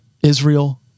Israel